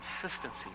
consistency